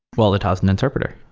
well, it has an interpreter.